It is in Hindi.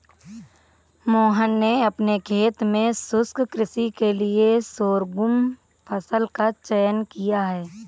मोहन ने अपने खेत में शुष्क कृषि के लिए शोरगुम फसल का चयन किया है